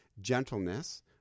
gentleness